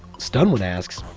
stunwin asks.